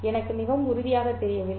எனக்கு மிகவும் உறுதியாகத் தெரியவில்லை